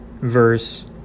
verse